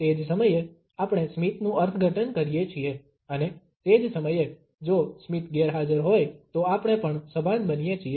તે જ સમયે આપણે સ્મિતનું અર્થઘટન કરીએ છીએ અને તે જ સમયે જો સ્મિત ગેરહાજર હોય તો આપણે પણ સભાન બનીએ છીએ